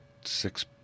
six